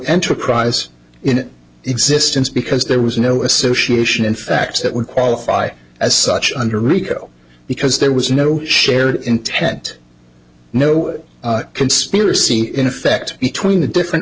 enterprise in existence because there was no association in fact that would qualify as such under rico because there was no shared intent no conspiracy in effect between the different